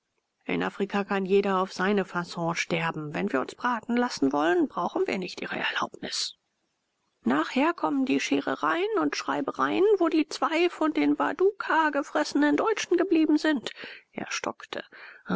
in afrika kann jeder auf seine fasson sterben wenn wir uns braten lassen wollen brauchen wir nicht ihre erlaubnis nachher kommen die scherereien und schreibereien wo die zwei von den waduka gefressenen deutschen geblieben sind er stockte